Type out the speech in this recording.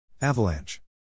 Avalanche